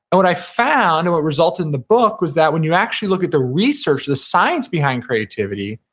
what i found, and what resulted in the book was that when you actually look at the research, the science behind creativity,